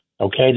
Okay